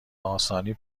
آسانی